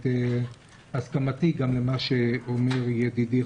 את הסכמתי גם למה שאומר ידידי,